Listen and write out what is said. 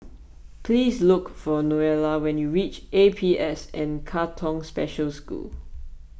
please look for Neola when you reach A P S N Katong Special School